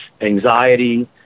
anxiety